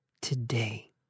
today